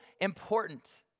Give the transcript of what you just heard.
important